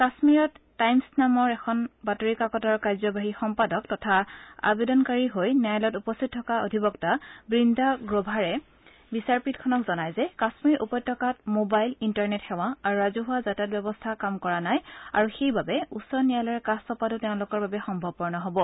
Kashmir Times নামৰ বাতৰি কাকতৰ কাৰ্যবাহী সম্পাদক তথা আৱেদনকাৰীৰ হৈ ন্যায়ালয়ত উপস্থিত থকা অধিবক্তা বন্দা গ্ৰোভাৰে বিচাৰপীঠখনক জনায় যে কাশ্মীৰ উপত্যকাত মোবাইল ইণ্টাৰনেট সেৱা আৰু ৰাজহুৱা যাতায়াত ব্যৱস্থা কাম কৰা নাই আৰু সেইবাবে উচ্চ ন্যায়ালয়ৰ কাষ চপাতো তেওঁলোকৰ বাবে সম্ভৱপৰ নহ'ব